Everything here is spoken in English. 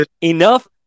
enough